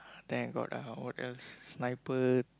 then I got uh what else sniper